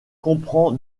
comprend